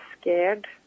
scared